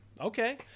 Okay